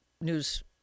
news